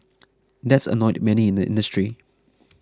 that's annoyed many in the industry